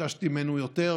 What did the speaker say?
ביקשתי ממנו יותר,